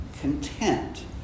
content